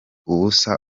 ubusa